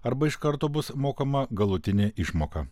arba iš karto bus mokama galutinė išmoka